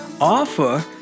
offer